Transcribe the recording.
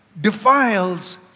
defiles